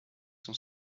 sont